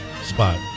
Spot